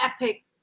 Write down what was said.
epic